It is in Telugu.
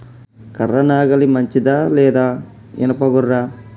కర్ర నాగలి మంచిదా లేదా? ఇనుప గొర్ర?